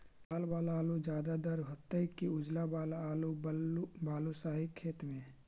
लाल वाला आलू ज्यादा दर होतै कि उजला वाला आलू बालुसाही खेत में?